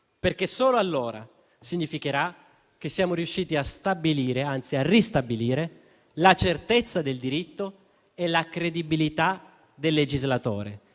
milleproroghe. Significherà che saremo riusciti a stabilire, anzi a ristabilire, la certezza del diritto e la credibilità del legislatore,